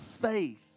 faith